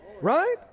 Right